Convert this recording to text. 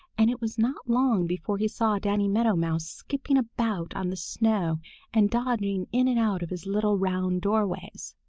and it was not long before he saw danny meadow mouse skipping about on the snow and dodging in and out of his little round doorways.